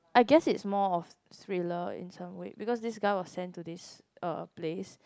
I guess it's more of thriller in some way because this guy was sent to this uh place